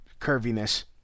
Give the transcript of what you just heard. curviness